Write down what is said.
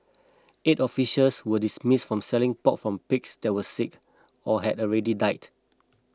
eight officials were dismissed from selling pork from pigs that were sick or had already died